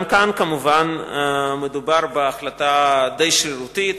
גם כאן, כמובן, מדובר בהחלטה די שרירותית.